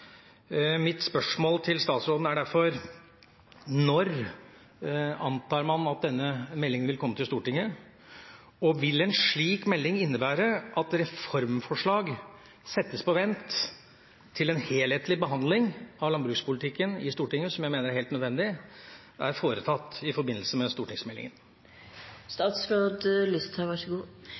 Mitt spørsmål til statsråden er derfor: Når antar man at denne meldinga vil komme til Stortinget, og vil en slik melding innebære at reformforslag settes på vent til en helhetlig behandling av landbrukspolitikken i Stortinget, som jeg mener er helt nødvendig, er foretatt i forbindelse med